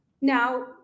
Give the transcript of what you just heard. Now